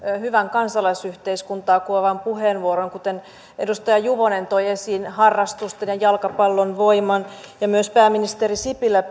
hyvän kansalaisyhteiskuntaa kuvaavan puheenvuoron kuten edustaja juvonen toi esiin harrastusten ja jalkapallon voiman ja myös pääministeri sipilä